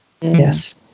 yes